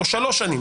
או שלוש שנים,